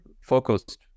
focused